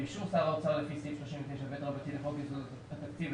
באישור שר האוצר לפי סעיף 39ב לחוק יסודות התקציב,